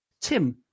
Tim